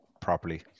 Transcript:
properly